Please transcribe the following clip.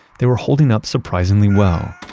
they were holding up surprisingly well.